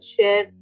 share